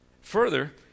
Further